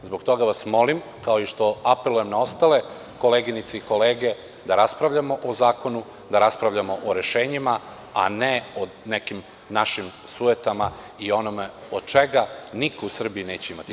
Zbog toga vas molim, kao i što apelujem na ostale koleginice i kolege, da raspravljamo o zakonu, da raspravljamo o rešenjima a ne o nekim našim sujetama i onome od čega niko u Srbiji neće imati koristi.